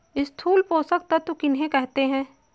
स्थूल पोषक तत्व किन्हें कहते हैं?